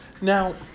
Now